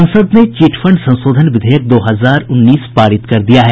संसद ने chit fund संशोधन विधेयक दो हजार उन्नीस पारित कर दिया है